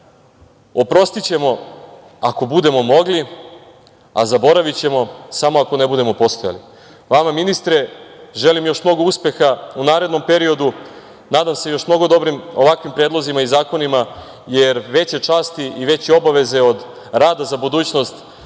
oprostićemo ako budemo mogli, a zaboravićemo samo ako ne budemo postojali. Vama ministra želim još mnogo uspeha u narednom periodu, nadam se još mnogo dobrim ovakvim predlozima i zakonima, jer veće časti i veće obaveze od rada za budućnost